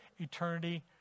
eternity